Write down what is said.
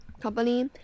company